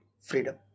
Freedom